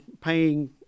paying